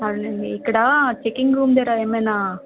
అవునండి ఇక్కడా checking room దగ్గర ఏమైనా